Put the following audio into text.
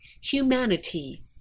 humanity